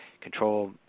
control